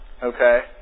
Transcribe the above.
Okay